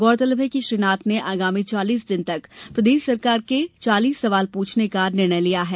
गौरतलब है कि श्री नाथ ने आगामी चालीस दिन तक प्रदेश सरकार से चालीस सवाल पूछने का निर्णय लिया है